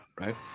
right